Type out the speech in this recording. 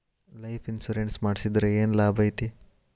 Life insurance ಮಾಡ್ಸಿದ್ರ ಏನ್ ಲಾಭೈತಿ?